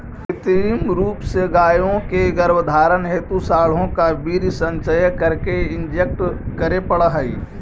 कृत्रिम रूप से गायों के गर्भधारण हेतु साँडों का वीर्य संचय करके इंजेक्ट करे पड़ हई